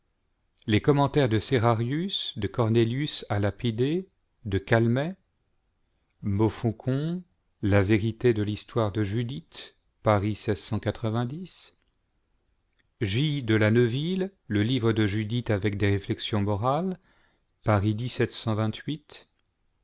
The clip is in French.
les commentaires de serarius de cornélius a lapide de calmet monlfaucon la vérité de l'histoire de judith paris j de la neuville le livre de judith avec des réflexions morales paris